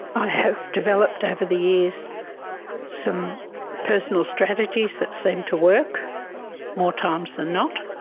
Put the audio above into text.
i have developed over the years some personal strategies that seem to work more times than not,